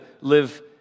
live